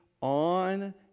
on